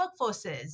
workforces